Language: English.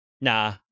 nah